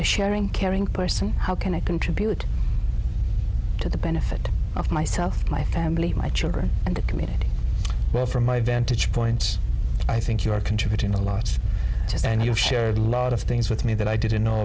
a sharing caring person how can i contribute to the benefit of myself my family my children and the community well from my vantage point i think you are contributing a lot to share a lot of things with me that i didn't know